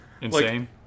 Insane